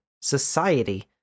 Society